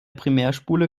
primärspule